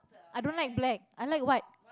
i don't like black i like white